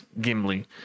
Gimli